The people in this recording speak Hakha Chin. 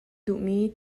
duhmi